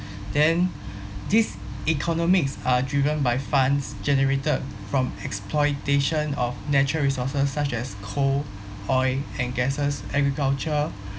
then these economics are driven by funds generated from exploitation of natural resources such as coal oil and gases agriculture